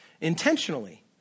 intentionally